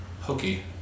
hokey